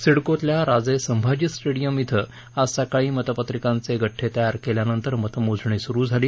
सिडकोतल्या Raje Sambhaji stadium धिं आज सकाळी मतपत्रिकांचे गडे तयार केल्यानंतर मतमोजणी सुरू झाली